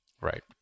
Right